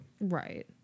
Right